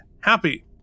happy